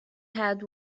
had